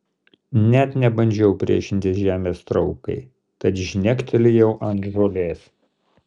net nebandžiau priešintis žemės traukai tad žnektelėjau ant žolės